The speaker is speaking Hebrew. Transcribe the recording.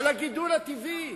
על הגידול הטבעי,